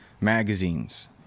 magazines